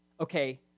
Okay